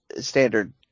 standard